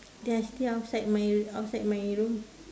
they are still outside my outside my room